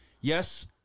yes